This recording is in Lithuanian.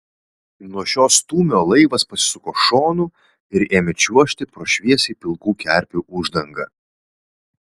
nuo šio stūmio laivas pasisuko šonu ir ėmė čiuožti pro šviesiai pilkų kerpių uždangą